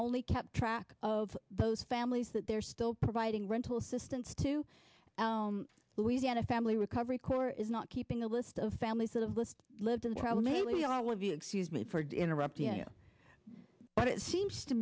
only kept track of those families that they're still providing rental assistance to louisiana family recovery corps is not keeping a list of families sort of list lived in problem a we all of you excuse me for interrupting you but it seems to